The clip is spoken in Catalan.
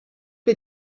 que